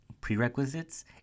prerequisites